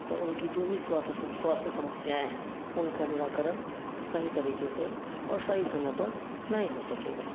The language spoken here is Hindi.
और उनकी जो भी स्वास्थ्य स्वास्थ्य समस्याएँ हैं उनका निराकरण सही तरीके से और सही समय पर नहीं हो सकेगा